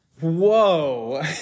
Whoa